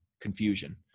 confusion